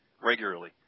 regularly